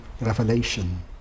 revelation